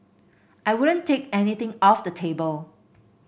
I wouldn't take anything off the table